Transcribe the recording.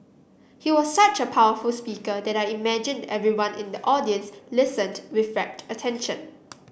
he was such a powerful speaker that I imagined everyone in the audience listened with rapt attention